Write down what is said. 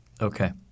Okay